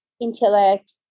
intellect